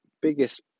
biggest